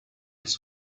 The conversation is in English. its